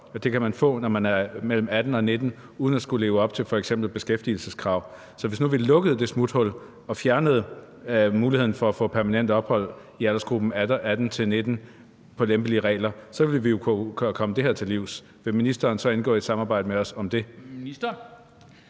Det kan man få, når man er mellem 18 og 19, uden at skulle leve op til f.eks. beskæftigelseskrav. Så hvis nu vi lukkede det smuthul og fjernede muligheden for at få permanent ophold i aldersgruppen 18-19 på lempelige regler, så ville vi jo kunne komme det her til livs. Vil ministeren så indgå i et samarbejde med os om det?